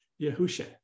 Yahusha